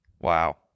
wow